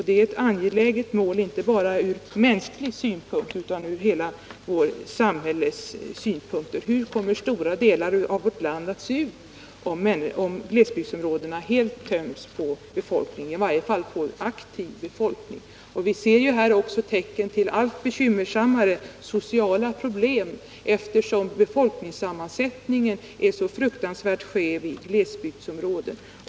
Det är ett angeläget mål, inte bara från mänsklig synpunkt utan från hela samhällets synpunkt. Hur kommer stora delar av vårt land att se ut om glesbygdsområdena helt töms på aktiv befolkning? Vi ser här också tecken på allt bekymmersammare sociala problem, eftersom 75 befolkningssammansättningen i glesbygdsområden är så fruktansvärt skev.